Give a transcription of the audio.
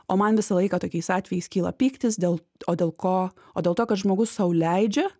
o man visą laiką tokiais atvejais kyla pyktis dėl o dėl ko o dėl to kad žmogus sau leidžia